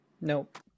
nope